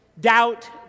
doubt